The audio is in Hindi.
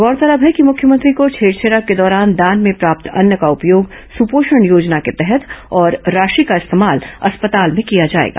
गौरतलब है कि मुख्यमंत्री को छेरछेरा के दौरान दान में प्राप्त अन्न का उपयोग सुपोषण योजना के तहत और राशि का इस्तेमाल अस्पताल में किया जाएगा